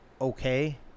okay